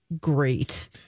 great